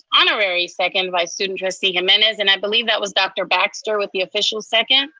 honorary second by student trustee jimenez. and i believe that was dr. baxter with the official second.